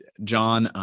jon,